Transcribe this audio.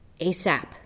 ASAP